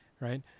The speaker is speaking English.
Right